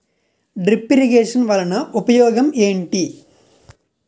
drip irrigation వలన ఉపయోగం ఏంటి